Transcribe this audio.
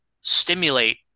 stimulate